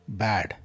bad